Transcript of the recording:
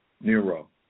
Nero